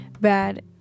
bad